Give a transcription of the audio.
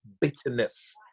bitterness